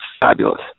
fabulous